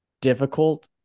difficult